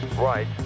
Right